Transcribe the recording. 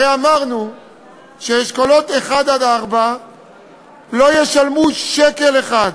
הרי אמרנו שאשכולות 1 4 לא ישלמו שקל אחד,